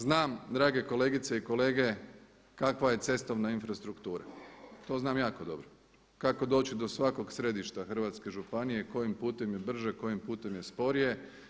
Znam drage kolegice i kolege kakva je cestovna infrastruktura, to znam jako dobro, kako doći do svakog središta hrvatske županije, kojim putem je brže, kojim putem je sporije.